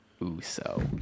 Uso